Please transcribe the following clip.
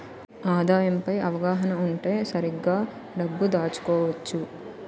ఆదాయం పై అవగాహన ఉంటే సరిగ్గా డబ్బు దాచుకోవచ్చు